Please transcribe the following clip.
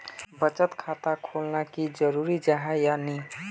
बचत खाता खोलना की जरूरी जाहा या नी?